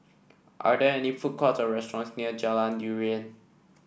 are there any food courts or restaurants near Jalan Durian